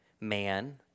man